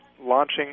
launching